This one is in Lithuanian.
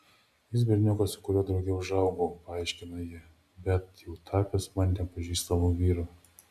jis berniukas su kuriuo drauge užaugau paaiškina ji bet jau tapęs man nepažįstamu vyru